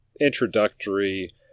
introductory